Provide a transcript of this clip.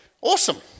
Awesome